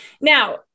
Now